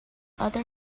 other